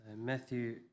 Matthew